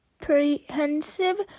comprehensive